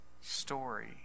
story